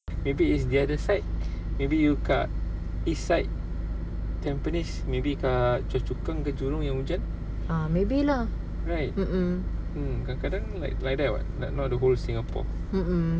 ah maybe lah mm mm mm mm